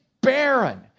barren